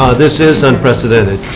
ah this is unprecedented.